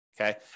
Okay